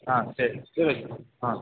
ஆ சரி சரி ஓகே ஆ